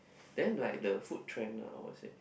then like the food trend lah I would say